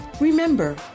Remember